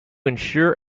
ensure